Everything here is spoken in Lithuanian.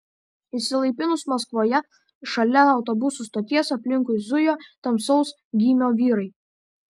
išsilaipinus maskvoje šalia autobusų stoties aplinkui zujo tamsaus gymio vyrai